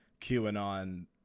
QAnon